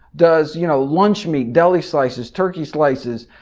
does you know lunch meat, deli slices, turkey slices,